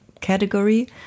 category